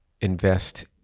invest